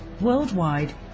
Worldwide